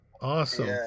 Awesome